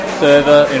server